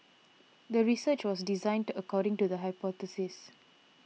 the research was designed according to the hypothesis